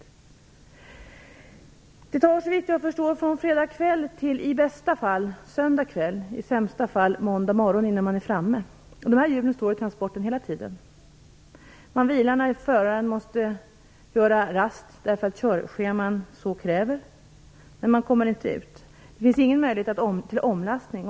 Såvitt jag förstår, går transporten från fredagskväll till i bästa fall söndagskväll, i sämsta fall måndagsmorgon, innan man är framme. Djuren står i transportvagnen hela tiden. Man måste göra rast därför att körschemat kräver det, men djuren kommer inte ut. Det finns ingen möjlighet till omlastning.